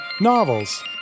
novels